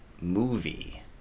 movie